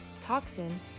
toxin